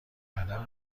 کردن